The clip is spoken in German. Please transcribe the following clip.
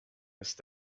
ist